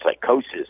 Psychosis